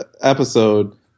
episode